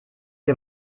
wie